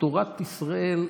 תורת ישראל,